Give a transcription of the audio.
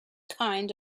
kind